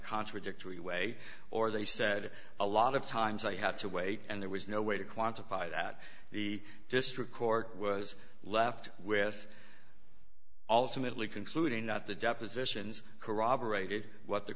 contradictory way or they said a lot of times they had to wait and there was no way to quantify that the district court was left with ultimately concluding not the depositions corroborated what the